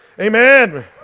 Amen